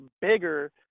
bigger